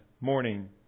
morning